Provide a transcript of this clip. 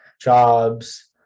jobs